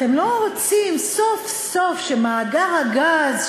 אתם לא רוצים שסוף-סוף מאגר הגז,